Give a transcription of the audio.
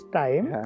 time